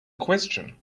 question